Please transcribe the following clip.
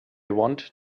want